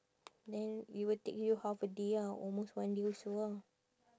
then it will take you half a day ah almost one day also ah